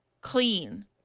clean